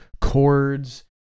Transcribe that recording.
chords